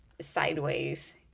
sideways